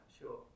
Sure